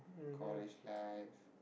college life